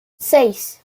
seis